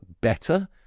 better